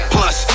Plus